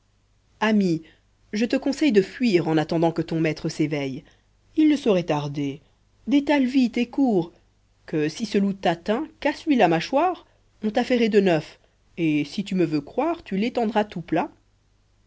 ami je te conseille de fuir en attendant que ton maître s'éveille il ne saurait tarder détale vite et cours que si ce loup t'atteint casse-lui la mâchoire on t'a ferré de neuf et si tu me veux croire tu l'étendras tout plat